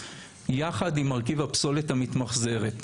יחד עם מרכיב הפסולת המתמחזרת.